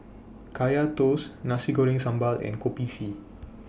Kaya Toast Nasi Goreng Sambal and Kopi C